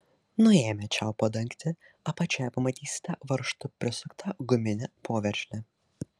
nuėmę čiaupo dangtį apačioje pamatysite varžtu prisuktą guminę poveržlę